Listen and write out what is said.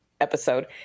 Episode